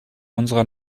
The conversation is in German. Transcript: unserer